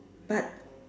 but